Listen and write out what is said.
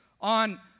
on